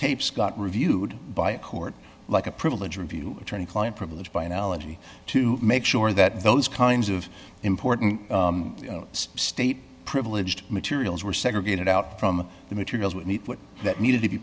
tapes got reviewed by a court like a privilege review attorney client privilege by analogy to make sure that those kinds of important state privileged materials were segregated out from the materials we need that need to be